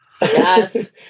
Yes